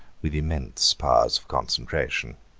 with immense powers of concentration.